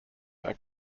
are